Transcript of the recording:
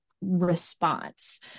response